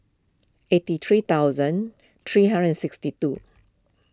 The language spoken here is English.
eighty three thousand three hundred and sixty two